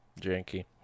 Janky